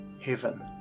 heaven